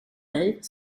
dig